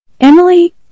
Emily